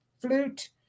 flute